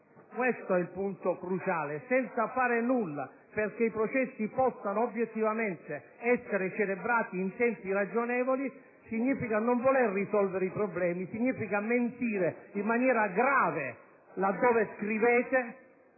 questo è il punto cruciale: ripeto, senza fare nulla - perché i processi possano obiettivamente essere celebrati in tempi ragionevoli, significa non voler risolvere i problemi; significa mentire in maniera grave, là dove scrivete: